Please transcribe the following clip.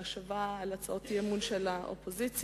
בהשבה על הצעות אי-אמון של האופוזיציה,